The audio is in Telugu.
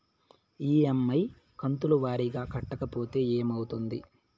ఇ.ఎమ్.ఐ కంతుల వారీగా కట్టకపోతే ఏమవుతుంది?